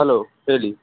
hello ಹೇಳಿ